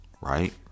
Right